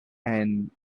and